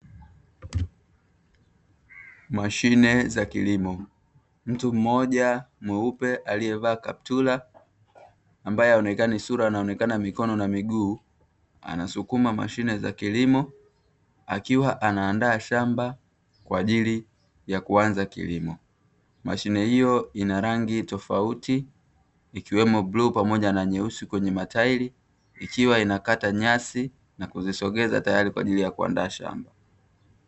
Mashine za kilimo. Mtu mmoja mweupe aliyevaa kaptula, ambaye haonekani sura anaonekana mikono na miguu, anasukuma mashine za kilimo, akiwa anaandaa shamba kwa ajili ya kuanza kilimo. Mashine hiyo ina rangi tofauti, ikiwemo bluu pamoja na nyusi kwenye matairi, ikiwa inakata nyasi na kuzisogeza tayari kwa ajili ya kuandaa shamba.